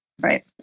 right